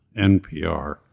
NPR